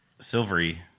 silvery